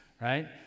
right